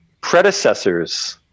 predecessors